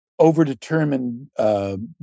overdetermined